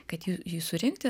kad jį jį surinkti